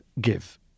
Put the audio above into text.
give